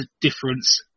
difference